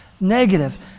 negative